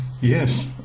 Yes